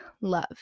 love